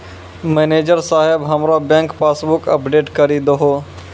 manager साहेब हमरो bank passbook update करि दहो